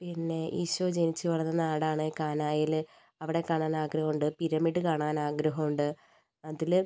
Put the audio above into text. പിന്നെ ഈശോ ജനിച്ച് വളർന്ന നാടാണ് കാനായില് അവിടെ കാണാൻ ആഗ്രഹം ഉണ്ട് പിരമിഡ് കാണാൻ ആഗ്രഹം ഉണ്ട് അതില്